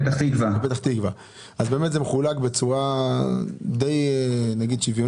יש דבר שקורה כמעט בכל העיריות